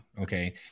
Okay